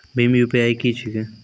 भीम UPI की छीके?